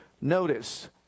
Notice